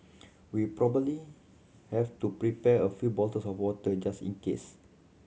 we probably have to prepare a few bottles of water just in case